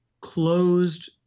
closed